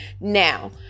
Now